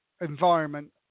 environment